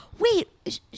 Wait